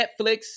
Netflix